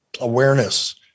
awareness